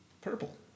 purple